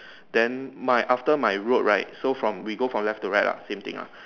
then my after my road right so from we go from left to right lah same thing lah